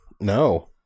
No